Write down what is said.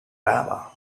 lava